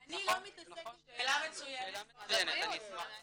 אני אגיד למה.